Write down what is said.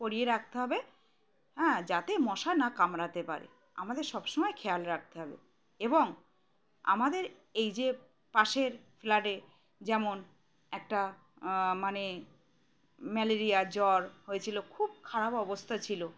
পরিয়ে রাখতে হবে হ্যাঁ যাতে মশা না কামড়াতে পারে আমাদের সবসময় খেয়াল রাখতে হবে এবং আমাদের এই যে পাশের ফ্ল্যাটে যেমন একটা মানে ম্যালেরিয়া জ্বর হয়েছিল খুব খারাপ অবস্থা ছিল